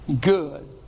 good